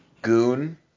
Goon